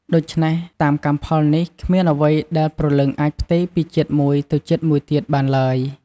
ដូច្នេះ តាមកម្មផលនេះ គ្មានអ្វីដែលព្រលឹងអាចផ្ទេរពីជាតិមួយទៅជាតិមួយទៀតបានឡើយ។